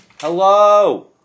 Hello